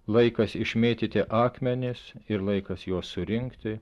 laikas išmėtyti akmenis ir laikas juos surinkti